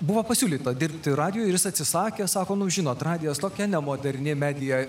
buvo pasiūlyta dirbti radijuj ir jis atsisakė sako nu žinot radijas tokia nemoderni medija